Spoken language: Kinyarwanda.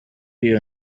iyo